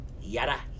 Yada